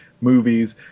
movies